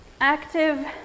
active